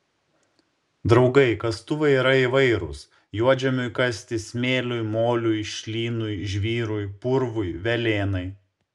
draugai kastuvai yra įvairūs juodžemiui kasti smėliui moliui šlynui žvyrui purvui velėnai